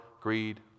greed